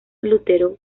lutero